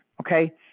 okay